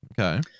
Okay